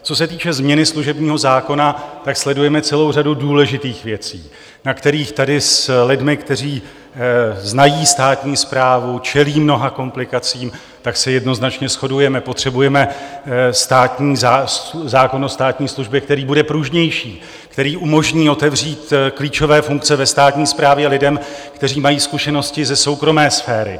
Co se týče změny služebního zákona, sledujeme celou řadu důležitých věcí, na kterých tady s lidmi, kteří znají státní správu, čelí mnoha komplikacím, tak se jednoznačně shodujeme potřebujeme zákon o státní službě, který bude pružnější, který umožní otevřít klíčové funkce ve státní správě lidem, kteří mají zkušenosti ze soukromé sféry.